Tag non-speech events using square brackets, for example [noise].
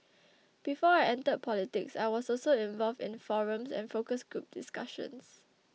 [noise] before I entered politics I was also involved in forums and focus group discussions